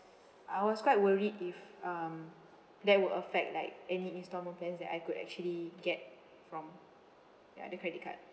I was quite worried if um that will affect like any instalment plans that I could actually get from ya the credit card